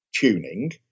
tuning